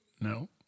No